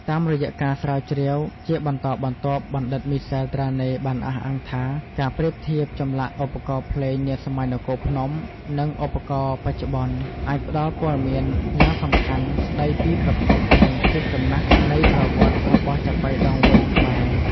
តាមរយៈការស្រាវជ្រាវជាបន្តបន្ទាប់ បណ្ឌិតមីសែល ត្រាណេ បានអះអាងថា ការប្រៀបធៀបចម្លាក់ឧបករណ៍ភ្លេងនាសម័យនគរភ្នំ និងឧបករណ៍បច្ចុប្បន្ន អាចផ្តល់ព័ត៌មានយ៉ាងសំខាន់ស្តីពីប្រភព និងភាពចំណាស់នៃប្រវត្តិរបស់ចាប៉ីដងវែងខ្មែរ។